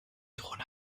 drohne